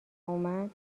اومد